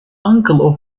uncle